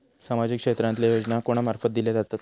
सामाजिक क्षेत्रांतले योजना कोणा मार्फत दिले जातत?